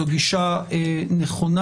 זאת גישה נכונה.